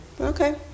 Okay